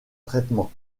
traitement